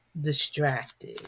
distracted